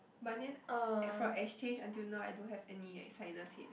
but then at from exchange until now I don't have any sinus headache